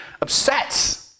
upsets